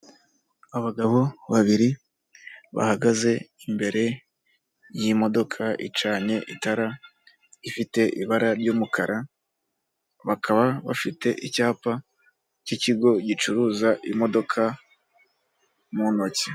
Abagabo babiri bahagaze imbere y'imodoka icanye itara ifite ibara ry'umukara, bakaba bafite icyapa cy'ikigo gicuruza imodoka mu ntoki.